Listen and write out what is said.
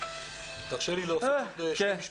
תרשה לי להוסיף משפט.